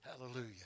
Hallelujah